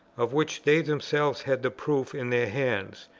of which they themselves had the proof in their hands,